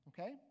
Okay